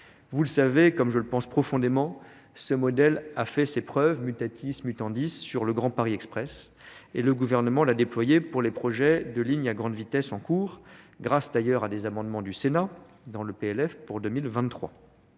vous le savez comme je le pense profondément ce modèle a fait ses preuves mutatis mutandis sur le grand paris express et le gouvernement l'a déployé pour les projets de lignes à grande vitesse en cours grâce d'ailleurs à des amendements du sénat dans le p l f pour deux